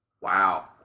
Wow